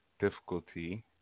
difficulty